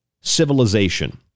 civilization